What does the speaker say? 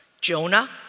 Jonah